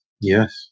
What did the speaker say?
Yes